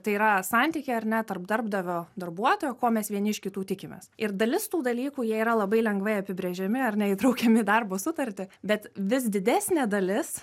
tai yra santykiai ar ne tarp darbdavio darbuotojo ko mes vieni iš kitų tikimės ir dalis tų dalykų jie yra labai lengvai apibrėžiami ar neįtraukiami į darbo sutartį bet vis didesnė dalis